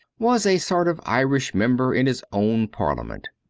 was a sort of irish member in his own parliament.